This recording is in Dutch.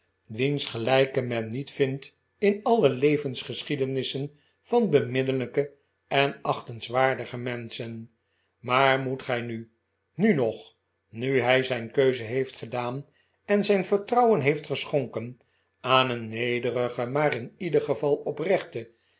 wiens geiijke men niet vindt in alle levensgeschiedenissen van beminnelijke en achtenswaardige mehschen maar meet gij nu nu nog nu hij zijn keuze heeft gedaan en zijn vertrouwen heeft geschonken aan een nederigen maar in ieder geval oprechten